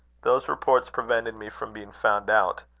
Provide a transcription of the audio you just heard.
those reports prevented me from being found out.